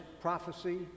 prophecy